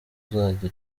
uzajya